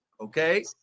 okay